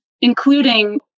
including